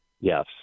Yes